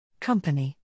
Company